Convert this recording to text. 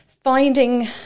finding